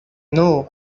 know